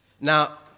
Now